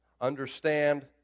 understand